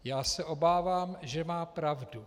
Já se obávám, že má pravdu.